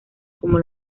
como